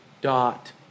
dot